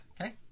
Okay